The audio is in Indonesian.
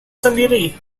sendiri